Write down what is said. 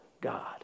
God